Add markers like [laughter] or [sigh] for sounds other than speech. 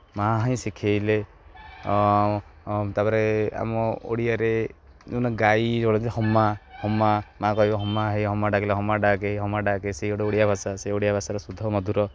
ମା' ହିଁ ଶିଖାଇଲେ ତା'ପରେ ଆମ ଓଡ଼ିଆରେ ଯେଉଁ ଗାଈ [unintelligible] ହମା ହମା ମା' କହିବ ହମା ହେଇ ହମା ଡ଼ାକିଲା ହମା ଡାକେ ହମା ଡାକ ସେଇ ଗୋଟେ ଓଡ଼ିଆ ଭାଷା ସେ ଓଡ଼ିଆ ଭାଷାର ଶୁଦ୍ଧ ମଧୁର